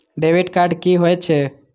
Debit card की होय छे?